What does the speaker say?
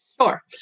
Sure